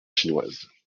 chinoise